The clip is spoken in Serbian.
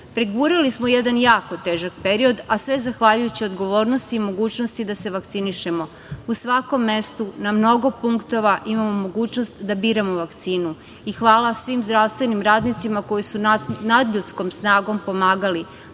Pregurali smo jedan jako težak period, a sve zahvaljujući odgovornosti i mogućnosti da se vakcinišemo. U svakom mestu na mnogo punktova imamo mogućnost da biramo vakcinu i hvala svim zdravstvenim radnicima koji su nadljudskom snagom polagali